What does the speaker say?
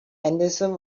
henderson